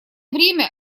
время